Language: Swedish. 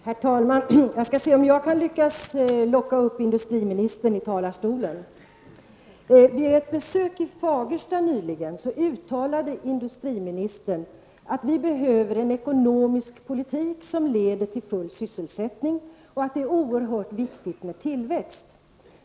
Herr talman! Vi får se om jag lyckas locka upp industriministern i talarstolen. Vid ett besök i Fagersta nyligen uttalade industriministern att det behövs en ekonomisk politik som leder till full sysselsättning och att det är oerhört viktigt med tillväxt.